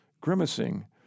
Grimacing